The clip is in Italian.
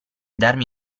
darmi